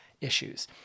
issues